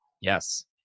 Yes